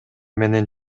менен